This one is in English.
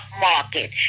market